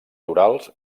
torals